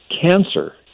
Cancer